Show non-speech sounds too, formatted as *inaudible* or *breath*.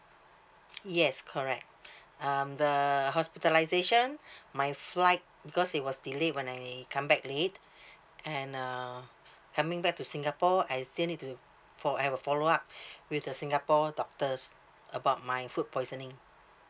yes correct *breath* um the hospitalisation *breath* my flight because it was delayed when I come back late *breath* and uh coming back to singapore I still need to fo~ I have a follow up *breath* with the singapore doctors about my food poisoning